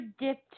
dipped